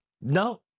No